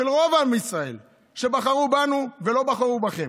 של רוב העם בישראל, שבחרו בנו ולא בחרו בכם.